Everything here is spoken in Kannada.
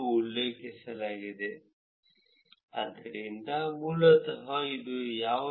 ಗೂಗಲ್ ಪ್ಲಸ್ಗಾಗಿ ಸ್ನೇಹಿತರ ಮಾದರಿ ಮತ್ತು ಶಿಕ್ಷಣ ಮತ್ತು ಉದ್ಯೋಗದ ಮಾದರಿ ಇವೆಲ್ಲವೂ ಏಕ ಗುಣಲಕ್ಷಣವನ್ನು ಆಧರಿಸಿದೆ